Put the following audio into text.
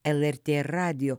el er tė radijo